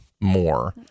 more